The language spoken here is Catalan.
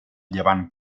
llevant